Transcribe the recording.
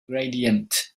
gradient